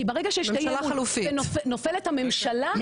כי ברגע שנופלת הממשלה,